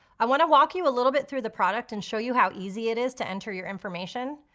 i wanna walk you a little bit through the product and show you how easy it is to enter your information,